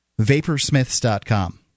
Vaporsmiths.com